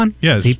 Yes